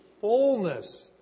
fullness